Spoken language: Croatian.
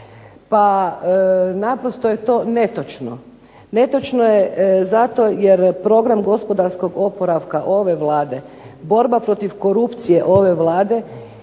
Pa naprosto je to netočno, netočno je zato jer program gospodarskog oporavka ove Vlade, borba protiv korupcije ove Vlade